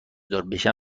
داربشم